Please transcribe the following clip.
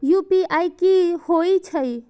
UPI की होई छै?